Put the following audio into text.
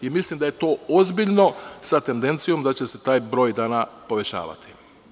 Mislim da je to ozbiljno, sa tendencijom da će se taj broj dana povećavati.